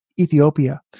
Ethiopia